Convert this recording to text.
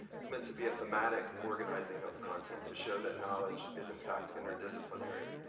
it's meant to be a thematic organizing of content to show that knowledge is in fact interdisciplinary.